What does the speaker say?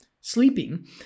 sleeping